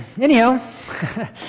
anyhow